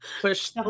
push